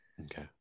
Okay